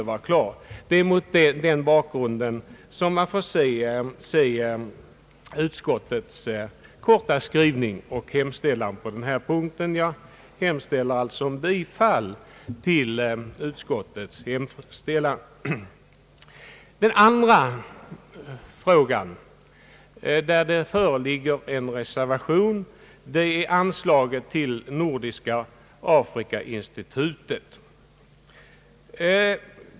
att det föreligger en utredning i ärendet. Jag kommer alltså att yrka bifall till utskottets hemställan. Den andra frågan som medfört en reservation gäller anslaget till Nordiska afrikainstitutet.